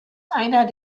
einer